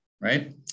right